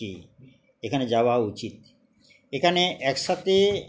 ক এখানে যাওয়া উচিত এখানে একসাথে